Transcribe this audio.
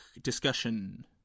discussion